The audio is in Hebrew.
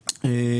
תשובה.